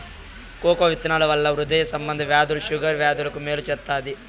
cocoa విత్తనాల వలన హృదయ సంబంధ వ్యాధులు షుగర్ వ్యాధులకు మేలు చేత్తాది